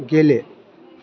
गेले